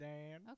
Dan